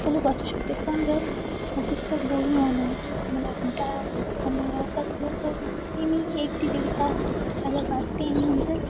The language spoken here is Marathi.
सलग वाचू शकते पण जर पुस्तक बोरिंगवाणं मला कंटाळा आणणारं असं असलं तर ते मी एक ते दीड तास सलग वाचते आणि नंतर